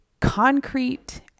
concrete